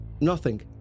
nothing